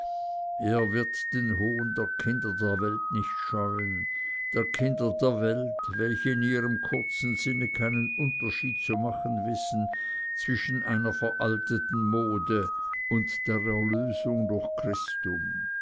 er wird den hohn der kinder der welt nicht scheuen der kinder der welt welche in ihrem kurzen sinne keinen unterschied zu machen wissen zwischen einer veralteten mode und der erlösung durch christum